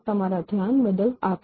તમારા ધ્યાન બદલ આભાર